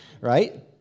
Right